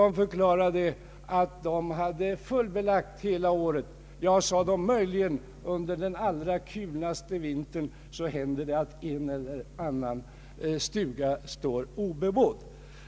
Man förklarade att det var fullbelagt hela året om, utom möjligen under den allra kulnaste vintertiden då det kunde hända att en eller annan stuga stod obebodd.